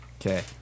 Okay